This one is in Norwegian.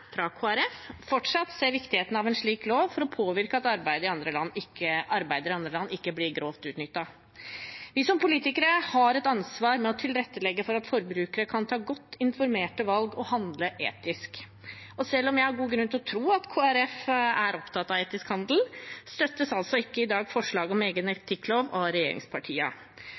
fra Kristelig Folkeparti, fortsatt ser viktigheten av en slik lov for å påvirke at arbeidere i andre land ikke blir grovt utnyttet. Vi som politikere har et ansvar med å tilrettelegge for at forbrukere kan ta godt informerte valg og handle etisk. Selv om jeg har god grunn til å tro at Kristelig Folkeparti er opptatt av etisk handel, støttes altså ikke i dag forslaget om egen etikkinformasjonslov av